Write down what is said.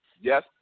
yes